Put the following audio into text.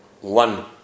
One